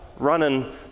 running